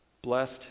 blessed